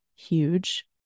Huge